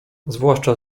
zwłaszcza